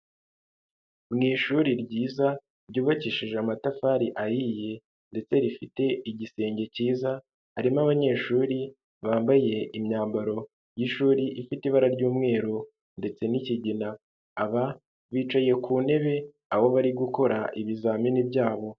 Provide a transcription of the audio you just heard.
Mu ishuri ryiza ryubakishije amatafari ahiye ndetse rifite igisenge cyiza, harimo abanyeshuri bambaye imyambaro y'ishuri ifite ibara ry'umweru ndetse n'kigina, aba bicaye ku ntebe aho bari gukora ibizamini byabo.